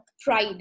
pride